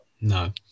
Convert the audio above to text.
No